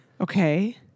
Okay